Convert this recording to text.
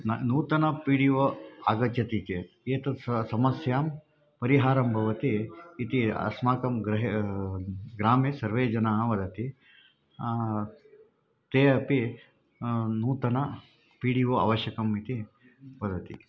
न नूतन P D O आगच्छति चेत् एतत् स समस्यायाः परिहारं भवति इति अस्माकं गृहे ग्रामे सर्वे जनाः वदन्ति ते अपि नूतनः पी डि वो आवश्यकः इति वदन्ति